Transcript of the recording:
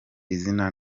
izina